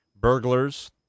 burglars